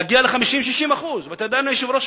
להגיע ל-50% 60%. אדוני היושב-ראש,